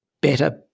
better